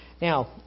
Now